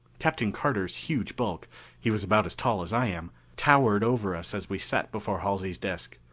captain carter's huge bulk he was about as tall as i am towered over us as we sat before halsey's desk.